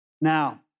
Now